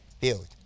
built